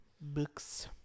books